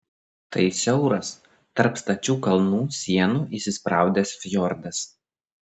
tai siauras tarp stačių kalnų sienų įsispraudęs fjordas